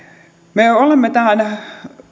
me olemme tähän